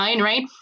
right